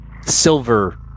silver